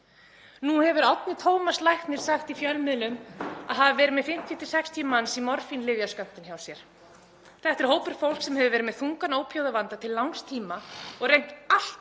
Nú hefur Árni Tómas Ragnarsson læknir sagt í fjölmiðlum að hann hafi verið með 50–60 manns í morfínlyfjaskömmtun hjá sér. Þetta er hópur fólks sem hefur verið með þungan ópíóíðavanda til langs tíma og reynt allt